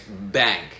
bank